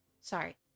Sorry